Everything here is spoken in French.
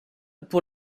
pour